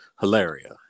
Hilaria